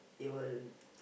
he will